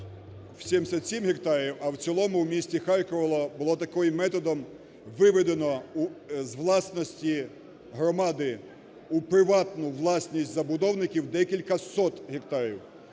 в 77 гектарів, а в цілому у місті Харкові було таки методом виведено з власності громади у приватну власність забудовників декілька сот гектарів.